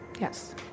Yes